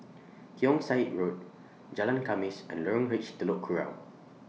Keong Saik Road Jalan Khamis and Lorong H Telok Kurau